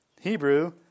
Hebrew